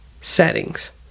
settings